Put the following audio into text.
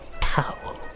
towel